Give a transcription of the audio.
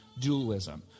dualism